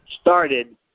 started